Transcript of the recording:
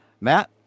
Matt